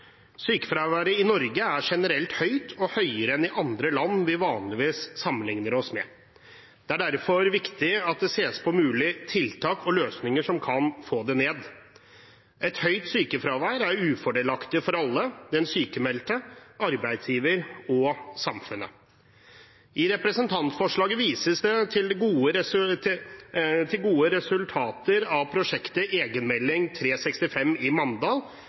sykefraværet? Sykefraværet i Norge er generelt høyt og høyere enn i andre land vi vanligvis sammenligner oss med. Det er derfor viktig at det ses på mulige tiltak og løsninger som kan få det ned. Et høyt sykefravær er ufordelaktig for alle: den sykmeldte, arbeidsgiveren og samfunnet. I representantforslaget vises det til gode resultater av prosjektet Egenmelding 365 i Mandal,